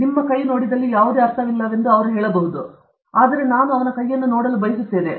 ನಿಮ್ಮ ಕೈ ನೋಡಿದಲ್ಲಿ ಯಾವುದೇ ಅರ್ಥವಿಲ್ಲ ಎಂದು ಒಬ್ಬರು ಹೇಳುತ್ತಾರೆ ದಯವಿಟ್ಟು ನಿಮ್ಮ ಮಾರ್ಗದರ್ಶಿ ತರಲು ನಾನು ಅವನ ಕೈಯನ್ನು ನೋಡಲು ಬಯಸುತ್ತೇನೆ